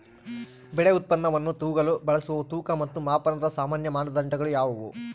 ಬೆಳೆ ಉತ್ಪನ್ನವನ್ನು ತೂಗಲು ಬಳಸುವ ತೂಕ ಮತ್ತು ಮಾಪನದ ಸಾಮಾನ್ಯ ಮಾನದಂಡಗಳು ಯಾವುವು?